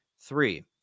Three